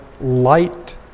light